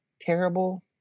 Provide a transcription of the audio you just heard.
terrible